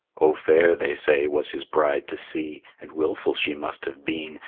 oh, fair, they say, was his bride to see, and wilful she must have been,